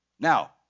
Now